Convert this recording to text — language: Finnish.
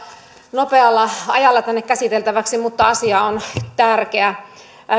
nopealla ajalla tänne käsiteltäväksi mutta asia on tärkeä